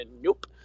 nope